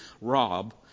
rob